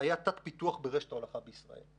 היה תת-פיתוח ברשת ההולכה בישראל,